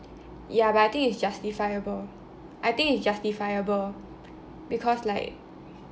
ya but I think it's justifiable I think it's justifiable because like